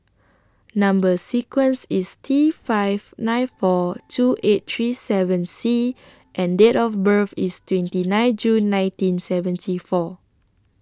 Number sequence IS T five nine four two eight three seven C and Date of birth IS twenty nine June nineteen seventy four